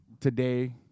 today